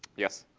yes?